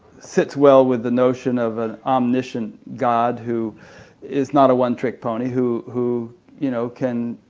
sits well with the notion of an omniscient god who is not a one-trick pony, who who you know can